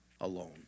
alone